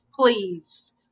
Please